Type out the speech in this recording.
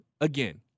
again